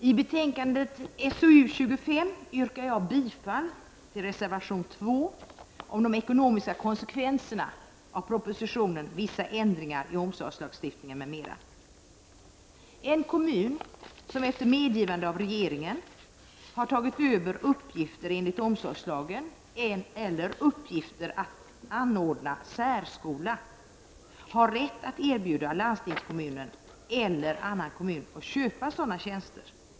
Fru talman! Jag yrkar bifall till reservation nr2 till betänkande SoU2S5, som rör de ekonomiska konsekvenserna av propositionen Vissa ändringar i omsorgslagstiftningen m.m. En kommun som efter medgivande av regeringen har tagit över uppgifter enligt omsorgslagen eller uppgifter att anordna särskola har rätt att erbjuda landstingskommunen eller annan kommun att köpa sådana tjänster.